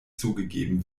zugegeben